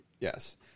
Yes